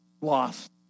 lost